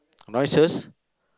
noises